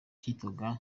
kitwaga